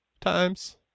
times